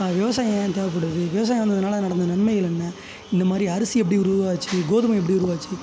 விவசாயம் ஏன் தேவைப்படுது விவசாயம் வந்ததனால நடந்த நன்மைகள் என்ன இந்த மாதிரி அரிசி எப்படி உருவாச்சு கோதுமை எப்படி உருவாச்சு